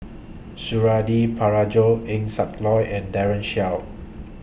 Suradi Parjo Eng Siak Loy and Daren Shiau